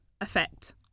effect